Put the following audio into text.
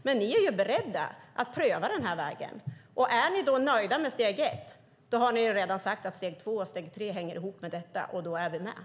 Men ni är beredda att pröva den vägen, och om ni då är nöjda med steg ett är vi därmed med i steg två och steg tre eftersom ni säger att de hänger ihop.